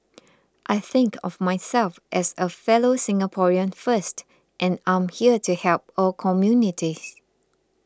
I think of myself as a fellow Singaporean first and I'm here to help all communities